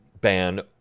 ban